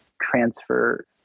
transfer